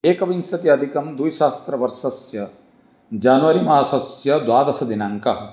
एकविंशत्यधिकं द्विसहस्रवर्षस्य जानवरी मासस्य द्वादशदिनाङ्कः